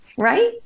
right